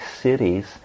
cities